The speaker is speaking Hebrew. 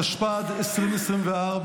התשפ"ג 2023,